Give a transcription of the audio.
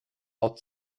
ort